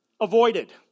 avoided